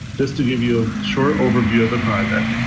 just to give you a short overview of the project,